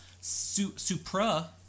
Supra